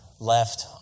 Left